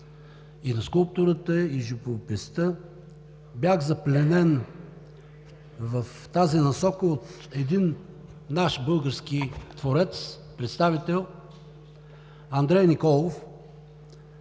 и на скулптурата, и на живописта. Бях запленен в тази насока от един наш български творец – Андрей Николов,